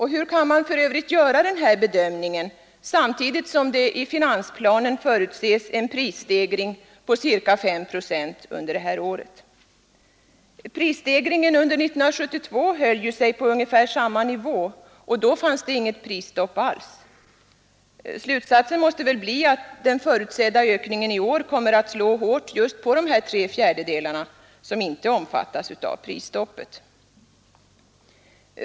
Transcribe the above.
Hur kan man för övrigt göra denna bedömning, samtidigt som man i finansplanen förutser en prisstegring på ca fem procent under detta år? Prisstegringen under 1972 höll sig ju på ungefär samma nivå, och då fanns det inget prisstopp alls! Slutsatsen måste bli att den förutsedda ökningen kommer att slå hårt på de tre fjärdedelar som inte omfattas av prisstoppet.